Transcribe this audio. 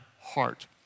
heart